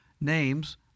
names